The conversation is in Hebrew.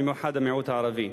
במיוחד המיעוט הערבי.